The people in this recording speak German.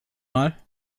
mal